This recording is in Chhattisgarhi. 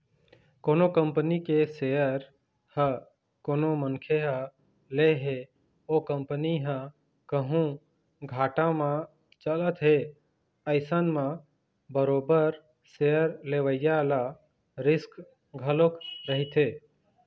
कोनो कंपनी के सेयर ल कोनो मनखे ह ले हे ओ कंपनी ह कहूँ घाटा म चलत हे अइसन म बरोबर सेयर लेवइया ल रिस्क घलोक रहिथे